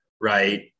right